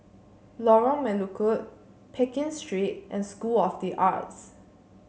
Lorong Melukut Pekin Street and School of the Arts